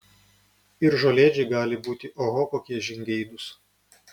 ir žolėdžiai gali būti oho kokie žingeidūs